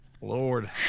Lord